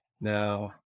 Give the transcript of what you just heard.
Now